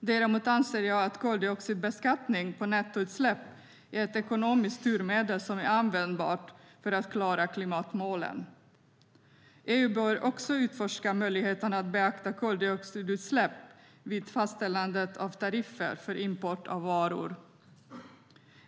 Däremot anser jag att koldioxidbeskattning av nettoutsläpp är ett ekonomiskt styrmedel som är användbart för att klara klimatmålen. EU bör också utforska möjligheten att beakta koldioxidutsläpp vid fastställandet av tariffer för import av varor.